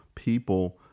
people